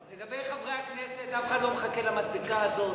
לגבי חברי הכנסת אף אחד לא מחכה למדבקה הזאת.